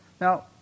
Now